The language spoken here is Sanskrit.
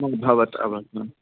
भवत्